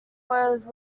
was